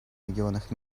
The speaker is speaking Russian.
регионах